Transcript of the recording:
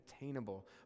attainable